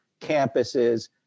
campuses